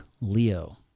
Leo